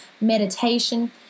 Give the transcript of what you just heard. meditation